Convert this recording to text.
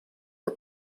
are